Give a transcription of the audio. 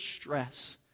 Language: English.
stress